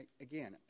again